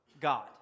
God